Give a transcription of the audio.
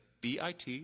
BIT